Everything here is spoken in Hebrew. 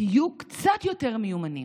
תהיו קצת יותר מיומנים.